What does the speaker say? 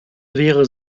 wäre